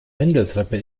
wendeltreppe